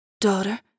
Daughter